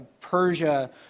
Persia